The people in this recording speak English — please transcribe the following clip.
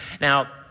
Now